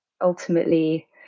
ultimately